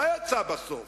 מה יצא בסוף?